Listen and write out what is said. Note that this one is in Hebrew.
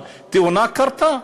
אבל תאונה קרתה,